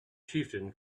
chieftain